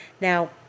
Now